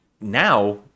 now